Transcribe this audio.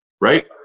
Right